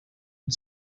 und